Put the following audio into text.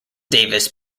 davis